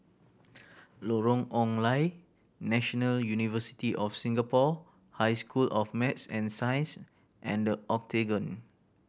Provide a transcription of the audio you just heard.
Lorong Ong Lye National University of Singapore High School of Math and Science and The Octagon